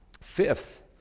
Fifth